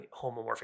homomorphic